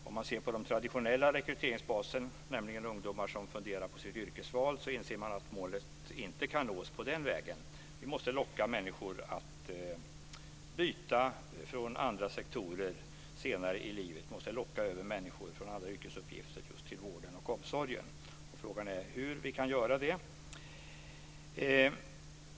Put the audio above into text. Om man ser på den traditionella rekryteringsbasen, nämligen ungdomar som funderar på sitt yrkesval, så inser man att målet inte kan nås på den vägen. Vi måste locka människor att byta från andra sektorer senare i livet. Vi måste locka över människor från andra yrkesuppgifter till vården och omsorgen. Frågan är hur vi kan göra det.